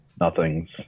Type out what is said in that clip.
nothing's